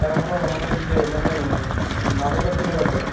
sir ଆମର ମାନେ ଟିକିଏ ମାନେ ନଗଦ ଫୁଲ ଦରକାର